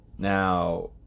Now